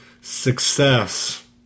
success